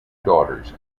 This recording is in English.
daughters